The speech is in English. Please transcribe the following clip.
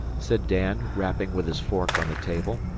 said dan, rapping with his fork on the table,